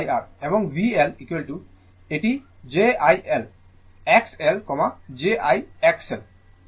এবং VL এটি j I L XL j I XL নয় j I XL